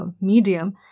medium